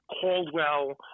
Caldwell